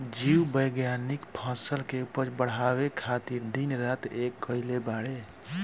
जीव विज्ञानिक फसल के उपज बढ़ावे खातिर दिन रात एक कईले बाड़े